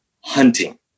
hunting